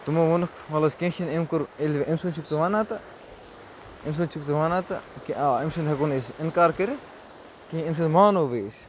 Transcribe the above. تِمو ووٚنُکھ ول حظ کیٚنٛہہ چھِنہٕ أمۍ کوٚر ییٚلہِ أمۍ سُنٛد چھُکھ ژٕ ونان تہٕ أمۍ سُنٛد چھُکھ ژٕ ونان تہٕ کہِ آ أمۍ سُنٛد ہٮ۪کو نہٕ أسۍ اِنکار کٔرِتھ کیٚنٛہہ أمۍ سُنٛد مانووٕے أسۍ